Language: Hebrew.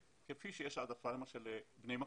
העדפה כפי שיש למשל העדפה לבני מקום,